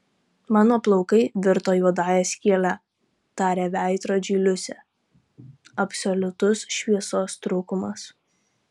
mano plaukai virto juodąja skyle tarė veidrodžiui liusė absoliutus šviesos trūkumas